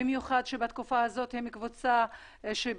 במיוחד שבתקופה הזאת הם קבוצה שנמצאת